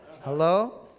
Hello